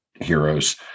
heroes